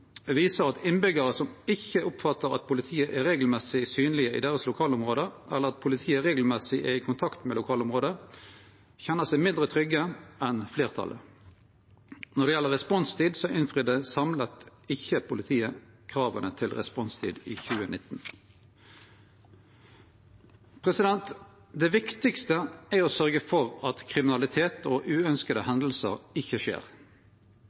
viser at innbyggjarar som ikkje oppfattar at politiet er regelmessig synleg i deira lokalområde, eller at politiet er regelmessig i kontakt med lokalområda, kjenner seg mindre trygge enn fleirtalet. Når det gjeld responstid, innfridde samla sett ikkje politiet krava til responstid i 2019. Det viktigaste er å sørgje for at kriminalitet og uønskte hendingar ikkje skjer.